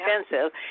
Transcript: expensive